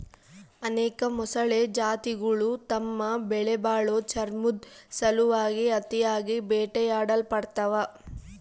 ಅನೇಕ ಮೊಸಳೆ ಜಾತಿಗುಳು ತಮ್ಮ ಬೆಲೆಬಾಳೋ ಚರ್ಮುದ್ ಸಲುವಾಗಿ ಅತಿಯಾಗಿ ಬೇಟೆಯಾಡಲ್ಪಡ್ತವ